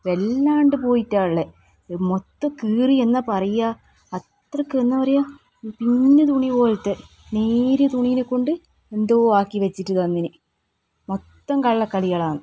വല്ലാണ്ട് പോയിട്ടാണ് ഉള്ളേ ഇത് മൊത്തം കീറി എന്താ പറയുക അത്രയ്ക്ക് എന്താ പറയുക പിഞ്ഞി തുണി പോലത്തെ നേരിയ തുണിനെ കൊണ്ട് എന്തോ ആക്കി വെച്ചിട്ട് തന്നീനി മൊത്തം കള്ള കളികളാണ്